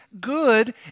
good